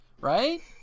Right